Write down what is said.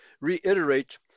reiterate